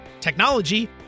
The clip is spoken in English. technology